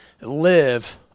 live